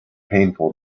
painful